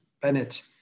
Bennett